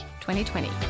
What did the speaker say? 2020